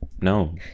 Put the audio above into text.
no